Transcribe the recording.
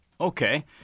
Okay